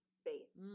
space